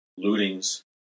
lootings